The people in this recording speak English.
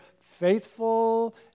faithful